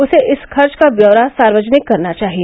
उसे इस खर्च का ब्यौरा सार्वजनिक करना चाहिए